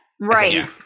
Right